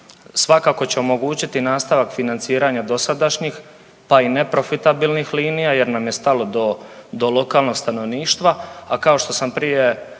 Svakako će omogućiti nastavak financiranja dosadašnjih, pa i neprofitabilnih linija jer nam je stalo do, do lokalnog stanovništva, a kao što sam prije